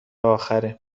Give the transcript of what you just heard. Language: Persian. آخره